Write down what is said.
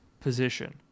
position